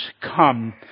come